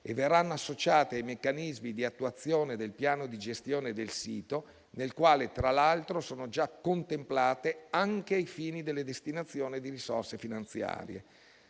e verranno associate ai meccanismi di attuazione del piano di gestione del sito, nel quale, tra l'altro, sono già contemplate anche ai fini della destinazione di risorse finanziarie.